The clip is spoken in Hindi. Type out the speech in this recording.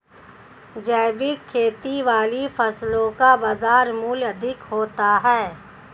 जैविक खेती वाली फसलों का बाजार मूल्य अधिक होता है